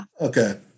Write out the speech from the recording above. Okay